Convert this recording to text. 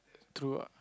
true ah